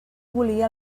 volia